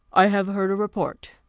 i have heard a report,